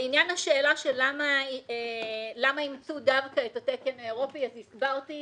לעניין השאלה של למה אימצו דווקא את התק האירופי אז הסברתי,